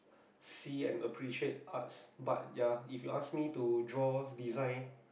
see and appreciate arts but ya if you ask me to draw design